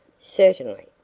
certainly,